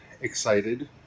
excited